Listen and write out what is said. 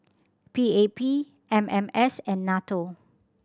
P A P M M S and NATO